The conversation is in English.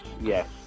Yes